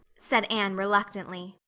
said anne reluctantly.